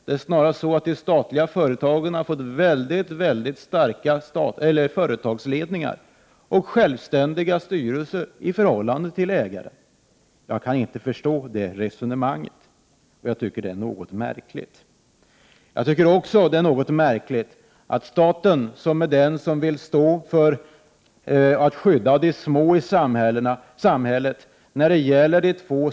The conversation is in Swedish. Det är snarare så att de statliga företagen har fått mycket starka företagsledningar och i förhållande till ägaren självständiga styrelser. Jag kan inte förstå resonemanget, som jag tycker är något märkligt. Jag tycker också att det är något märkligt att staten, som skall skydda de små i samhället, vid de två stora statliga privatiseringarna av PKbanken och Prot.